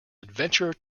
adventure